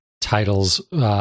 Titles